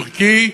"טורקי,